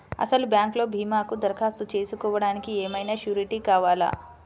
అసలు బ్యాంక్లో భీమాకు దరఖాస్తు చేసుకోవడానికి ఏమయినా సూరీటీ కావాలా?